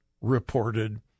reported